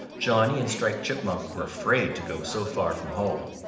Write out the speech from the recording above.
johnny and striped chipmunk were afraid to go so far from home.